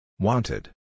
Wanted